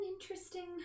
interesting